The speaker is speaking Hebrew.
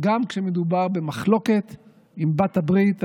גם כשמדובר במחלוקת עם בעלת-הברית הקרובה,